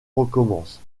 recommence